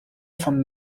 von